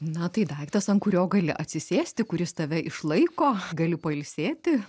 na tai daiktas ant kurio gali atsisėsti kuris tave išlaiko galiu pailsėti